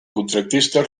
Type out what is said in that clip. contractista